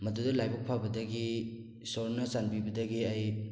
ꯃꯗꯨꯗ ꯂꯥꯏꯕꯛ ꯐꯕꯗꯒꯤ ꯏꯁꯣꯔꯅ ꯆꯥꯟꯕꯤꯕꯗꯒꯤ ꯑꯩ